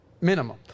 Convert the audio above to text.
Minimum